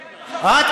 את,